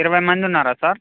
ఇరవై మంది ఉన్నారా సార్